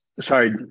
sorry